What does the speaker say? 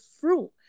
fruit